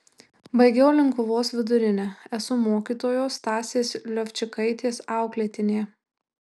baigiau linkuvos vidurinę esu mokytojos stasės lovčikaitės auklėtinė